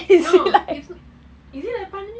no it's not is it a pani